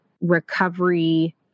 recovery